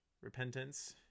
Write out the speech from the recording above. repentance